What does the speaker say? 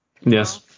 yes